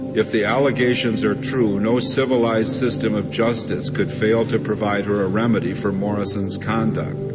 if the allegations are true, no civilized system of justice could fail to provide her a remedy for morrison's conduct.